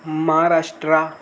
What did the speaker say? Maharashtra